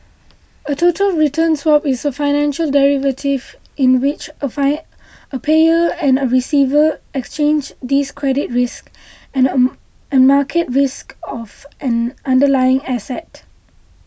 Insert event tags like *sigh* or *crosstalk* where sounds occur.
a total return swap is a financial derivative in which a *unintelligible* a payer and a receiver exchange these credit risk and a *unintelligible* a market risk of an underlying asset